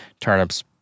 turnips